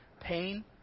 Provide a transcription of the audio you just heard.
Pain